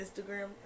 Instagram